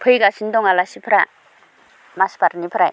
फैगासिनो दं आलासिफ्रा माजबाटनिफ्राय